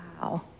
wow